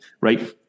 right